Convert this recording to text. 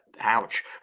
ouch